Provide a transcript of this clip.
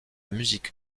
musique